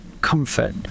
comfort